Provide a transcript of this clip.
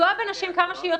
לא הגיעו.